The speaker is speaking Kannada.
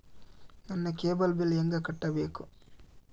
ನನ್ನ ಕೇಬಲ್ ಬಿಲ್ ಹೆಂಗ ಕಟ್ಟಬೇಕು?